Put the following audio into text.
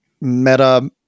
meta